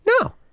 No